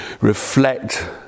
reflect